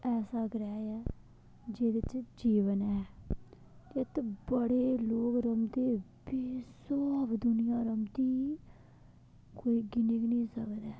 ऐसा ग्रैह ऐ जेह्दे च जीवन ऐ ते बड़े लोग रौंह्दे बे स्हाब दुनिया रौंह्दी कोई गिनी बी नेईं सकदा ऐ